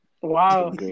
Wow